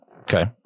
Okay